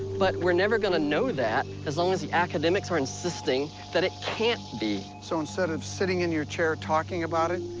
but we're never going to know that as long as the academics are insisting that it can't be. so instead of sitting in your chair, talking about it,